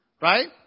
right